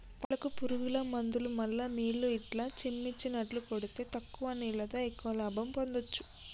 పంటలకు పురుగుల మందులు మల్ల నీళ్లు ఇట్లా చిమ్మిచినట్టు కొడితే తక్కువ నీళ్లతో ఎక్కువ లాభం పొందొచ్చు